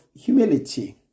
humility